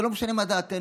זה לא משנה מה דעתנו,